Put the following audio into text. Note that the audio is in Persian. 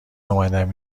اومدم